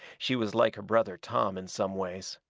she was like her brother tom in some ways.